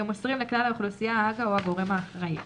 שמוסרים לכלל האוכלוסייה הג"א או הגורם האחראי.